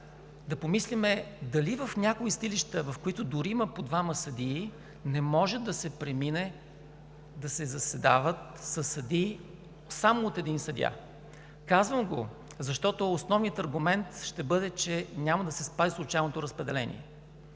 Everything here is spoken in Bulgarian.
да помислим дали в някои съдилища, в които има по двама съдии, не може да се премине, да се заседава само с един съдия. Казвам го, защото основният аргумент ще бъде, че няма да се спази случайното разпределение.